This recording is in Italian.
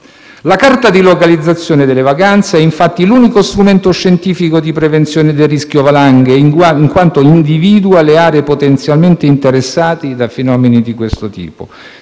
La carta di localizzazione delle valanghe è, infatti, l'unico strumento scientifico di prevenzione del rischio valanghe in quanto individua le aree potenzialmente interessate da fenomeni di questo tipo.